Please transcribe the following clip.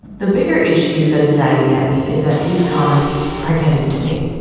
the bigger issue that is nagging at me is that these comments are getting to me.